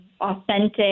authentic